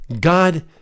God